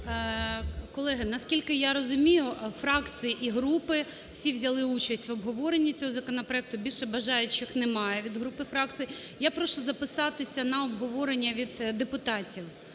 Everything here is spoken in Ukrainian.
Колеги, наскільки я розумію, фракції і групи, всі взяли участь у обговоренні цього законопроекту, більше бажаючих немає від груп і фракцій. Я прошу записатися на обговорення від депутатів